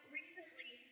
recently